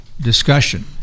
discussion